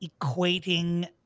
equating